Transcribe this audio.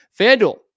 Fanduel